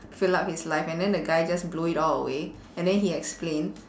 fill up his life and then the guy just blow it all away and then he explained